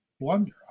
blunder